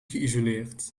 geïsoleerd